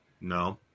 No